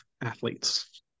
athletes